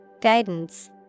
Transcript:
Guidance